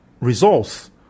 results